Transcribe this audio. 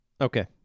Okay